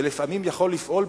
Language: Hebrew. שלפעמים יכול לפעול,